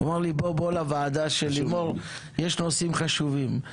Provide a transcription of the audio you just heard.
והוא אמר לי בוא לוועדה של לימור יש נושאים חשובים.